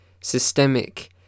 Systemic